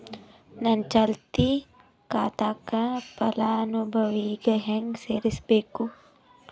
ನನ್ನ ಚಾಲತಿ ಖಾತಾಕ ಫಲಾನುಭವಿಗ ಹೆಂಗ್ ಸೇರಸಬೇಕು?